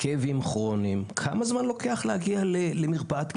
כאבים כרוניים כמה זמן לוקח להגיע למרפאת כאב?